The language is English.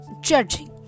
judging